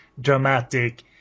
dramatic